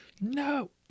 No